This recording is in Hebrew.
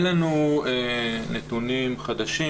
נתונים חדשים,